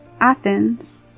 Athens